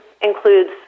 includes